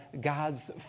God's